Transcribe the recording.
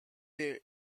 were